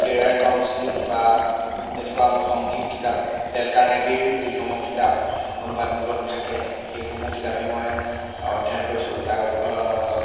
career counselling বা তেনেকুৱা আনুসংগিক কিতাপ ডেল কাৰ্ণেগীৰ যিসমূহ কিতাপ অনুবাদমূলক থাকে সেইসমূহ কিতাপেই মই অধ্যয়ন কৰিছোঁ তাৰ উপ